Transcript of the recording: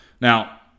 Now